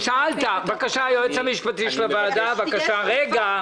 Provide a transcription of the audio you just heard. היועץ המשפטי של הוועדה יענה.